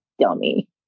dummy